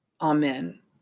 Amen